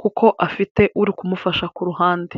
kuko afite uri kumufasha ku ruhande.